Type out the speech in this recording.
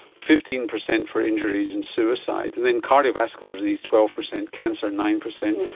fifteen percent for injuries and suicide, and then cardiovascular disease twelve percent, cancer nine percent,